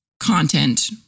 content